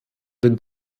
den